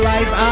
Life